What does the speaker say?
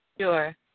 Sure